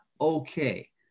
Okay